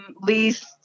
least